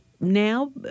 now